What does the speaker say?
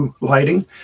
lighting